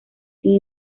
sin